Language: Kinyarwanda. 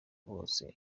bose